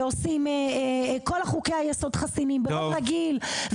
ועושים כל חוקי היסוד חסינים ברוב רגיל,